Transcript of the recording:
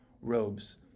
robes